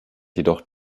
jedoch